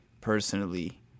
personally